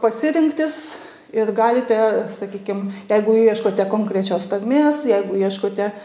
pasirinktis ir galite sakykim jeigu ieškote konkrečios tarmės jeigu ieškote